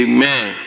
Amen